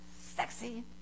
Sexy